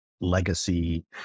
legacy